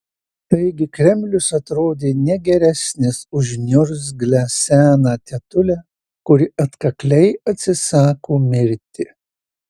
taigi kremlius atrodė ne geresnis už niurgzlę seną tetulę kuri atkakliai atsisako mirti